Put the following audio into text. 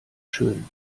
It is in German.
schón